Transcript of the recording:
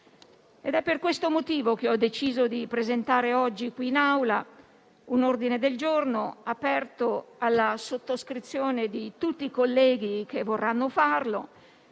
È per questo motivo che ho deciso di presentare in Aula un ordine del giorno aperto alla sottoscrizione di tutti i colleghi che vorranno farlo,